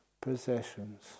possessions